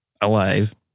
alive